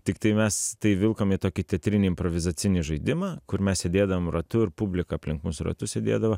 tiktai mes tai vilkom į tokį teatrinį improvizacinį žaidimą kur mes sėdėdavom ratu ir publika aplink mus ratu sėdėdavo